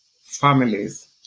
families